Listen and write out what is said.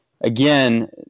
again